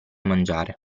mangiare